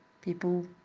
people